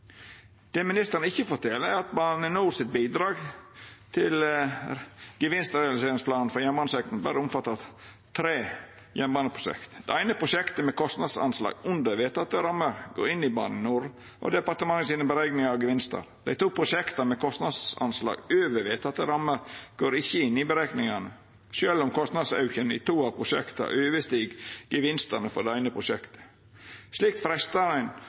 Det ministeren ikkje fortel, er at Bane NORs bidrag til gevinstrealiseringsplanen for jernbanesektoren berre omfatta tre jernbaneprosjekt. Det eine prosjektet med kostnadsanslag under vedtekne rammer går inn i Bane NOR og departementet sine berekningar av gevinstar. Dei to prosjekta med kostnadsanslag over vedtekne rammer går ikkje inn i berekningane, sjølv om kostnadsauken i to av prosjekta overstig gevinstane for det eine prosjektet. Slik